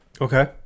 Okay